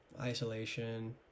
isolation